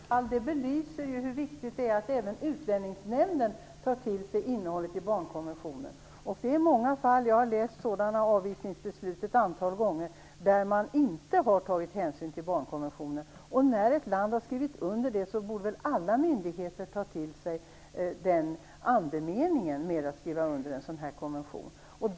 Fru talman! Sådana här fall belyser hur viktigt det är att även Utlänningsnämnden tar till sig innehållet i barnkonventionen. Jag har läst avvisningsbeslut där man inte har tagit hänsyn till barnkonventionen ett antal gånger. När ett land har skrivit under skall väl alla myndigheter ta till sig andemeningen i konventionen?